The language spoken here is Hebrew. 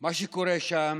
מה שקורה שם